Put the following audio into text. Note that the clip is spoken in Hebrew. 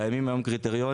קיימים היום קריטריונים.